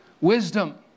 wisdom